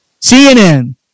CNN